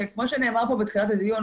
וכמו שנאמר בתחילת הדיון,